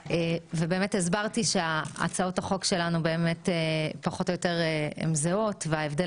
הסברתי שהצעות החוק שלנו פחות או יותר זהות וההבדל